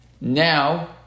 now